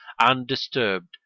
undisturbed